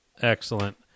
excellent